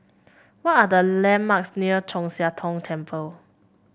what are the landmarks near Chu Siang Tong Temple